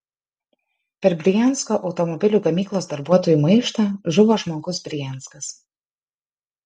per briansko automobilių gamyklos darbuotojų maištą žuvo žmogus brianskas